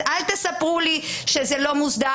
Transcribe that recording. אז אל תספרו לי שזה לא מוסדר,